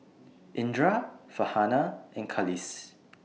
Indra Farhanah and Khalish